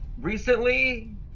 recently